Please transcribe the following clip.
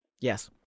Yes